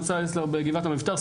מישהו מצא אצלו בגבעת המבתר,